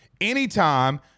Anytime